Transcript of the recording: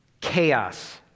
chaos